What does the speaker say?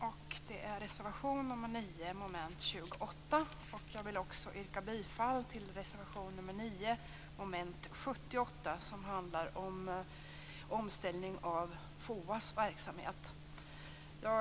Jag yrkar således bifall till reservation nr 9 Jag yrkar också bifall till reservation nr 9 under mom. 78 som handlar om omställning av FOA:s verksamhet.